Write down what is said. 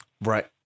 Right